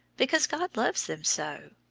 because god loves them so.